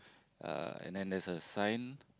uh and then there's a sign